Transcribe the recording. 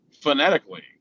phonetically